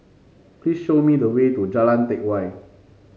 please show me the way to Jalan Teck Whye